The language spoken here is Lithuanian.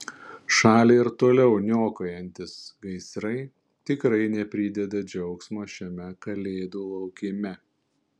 šalį ir toliau niokojantys gaisrai tikrai neprideda džiaugsmo šiame kalėdų laukime